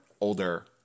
older